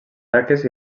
taques